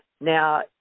Now